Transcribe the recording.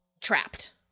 trapped